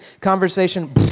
conversation